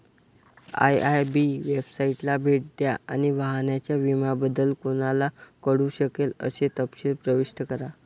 IIB वेबसाइटला भेट द्या आणि वाहनाच्या विम्याबद्दल कोणाला कळू शकेल असे तपशील प्रविष्ट करा